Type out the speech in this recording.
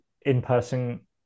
in-person